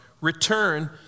return